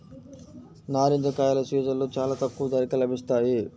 నారింజ కాయల సీజన్లో చాలా తక్కువ ధరకే లభిస్తాయి